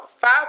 five